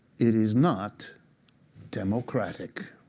it is not democratic.